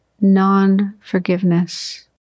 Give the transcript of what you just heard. non-forgiveness